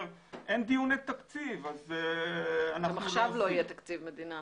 אם לא מאשרים אז יש אי יכולת למשרד הבריאות,